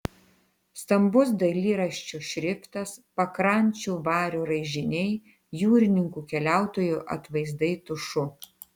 stambus dailyraščio šriftas pakrančių vario raižiniai jūrininkų keliautojų atvaizdai tušu